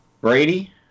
Brady